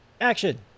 action